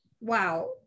wow